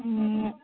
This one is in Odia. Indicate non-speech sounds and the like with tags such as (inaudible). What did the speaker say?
(unintelligible)